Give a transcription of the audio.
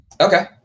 Okay